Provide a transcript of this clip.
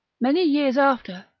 many years after,